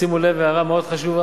ושימו לב, הערה מאוד חשובה,